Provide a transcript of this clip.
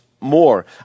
more